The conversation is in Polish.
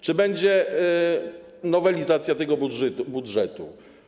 Czy będzie nowelizacja tego budżetu?